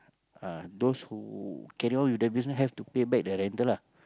uh those who carry on with the business have to pay back the rental lah